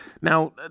Now